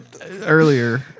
Earlier